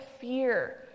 fear